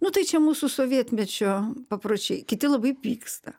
nu tai čia mūsų sovietmečio papročiai kiti labai pyksta